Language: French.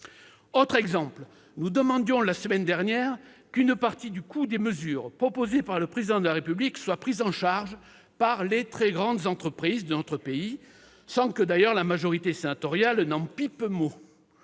Autre exemple : la semaine dernière, nous demandions qu'une partie du coût des mesures proposées par le Président de la République soit prise en charge par les très grandes entreprises de notre pays, sans que la majorité sénatoriale pipe mot.